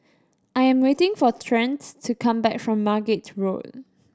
I am waiting for Trent to come back from Margate Road